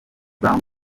brown